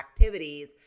activities